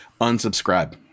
unsubscribe